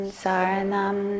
saranam